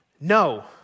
No